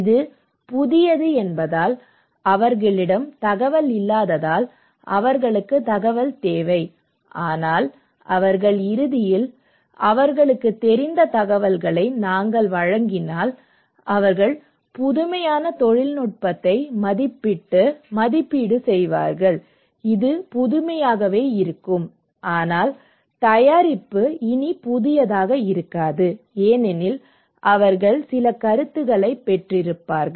இது புதியது என்பதால் அவர்களிடம் தகவல் இல்லாததால் அவர்களுக்கு தகவல் தேவை ஆனால் அவர்கள் இறுதியில் அவர்களுக்குத் தெரிந்த தகவல்களை நாங்கள் வழங்கினால் அவர்கள் புதுமையான தொழில்நுட்பத்தை மதிப்பிட்டு மதிப்பீடு செய்வார்கள் இது புதுமையாகவே இருக்கும் ஆனால் தயாரிப்பு இனி புதியதாக இருக்காது ஏனெனில் அவர்கள் சில கருத்துகளைப் பெற்றிருப்பார்கள்